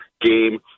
game